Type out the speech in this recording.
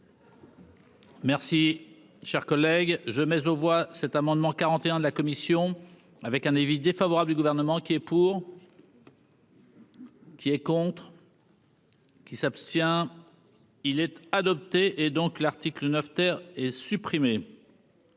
Merci, chers collègue je mais aux voit cet amendement 41 de la commission avec un avis défavorable du gouvernement qui est pour. Qui est contre. Qui s'abstient-il être adopté et donc l'article 9 ter est supprimé,